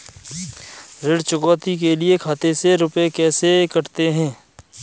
ऋण चुकौती के लिए खाते से रुपये कैसे कटते हैं?